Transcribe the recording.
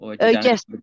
Yes